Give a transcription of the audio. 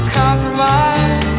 compromise